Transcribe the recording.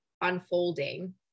unfolding